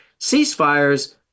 ceasefires